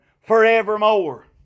forevermore